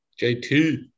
JT